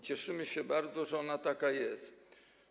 Cieszymy się bardzo, że ona taka jest.